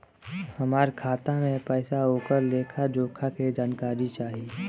हमार खाता में पैसा ओकर लेखा जोखा के जानकारी चाही?